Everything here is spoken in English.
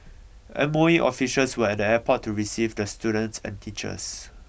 M O E officials were at the airport to receive the students and teachers